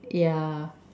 yeah